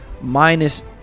Minus